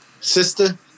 Sister